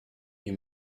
you